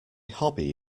hobby